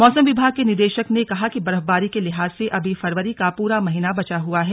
मौसम विभाग के निदेशक ने कहा कि बर्फबारी के लिहाज से अभी फरवरी का पुरा महीना बचा हुआ है